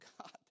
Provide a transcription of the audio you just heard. God